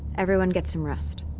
everyone, get some rest